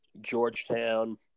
Georgetown